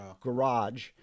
garage